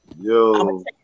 Yo